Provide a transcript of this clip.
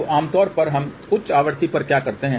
तो आमतौर पर हम उच्च आवृत्ति पर क्या करते हैं